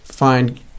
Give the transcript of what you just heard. find